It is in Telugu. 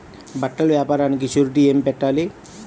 బట్టల వ్యాపారానికి షూరిటీ ఏమి పెట్టాలి?